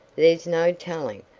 there's no telling,